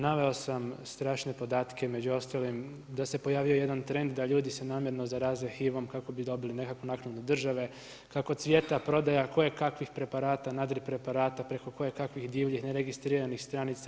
Naveo sam strašne podatke među ostalim da se pojavio jedan trend da ljudi se namjerno zaraze HIV-om kako bi dobili nekakvu naknadu države, kako cvjeta prodaja kojekakvih preparata, nadri preparata preko koje kakvih divlji neregistriranih stranica.